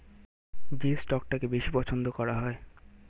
যে স্টকটাকে বেশি পছন্দ করা হয়